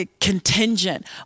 contingent